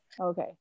okay